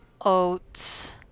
oats